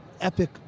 epic